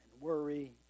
worry